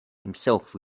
himself